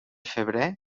febrer